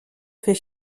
fait